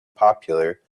popular